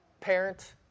parent